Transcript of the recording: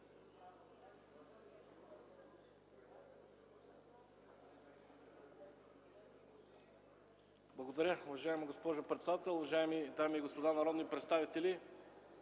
Благодаря Ви, уважаема госпожо председател. Уважаеми дами и господа народни представители,